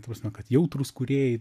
ta prasme kad jautrūs kūrėjai